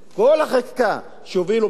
כל החקיקה שהוביל אומנם,